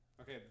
Okay